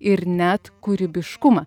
ir net kūrybiškumą